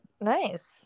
nice